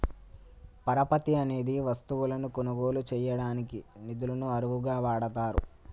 పరపతి అనేది వస్తువులను కొనుగోలు చేయడానికి నిధులను అరువుగా వాడతారు